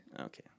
Okay